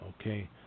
okay